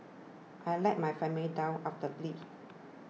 I let my family down utterly